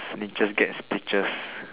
and then just get a speeches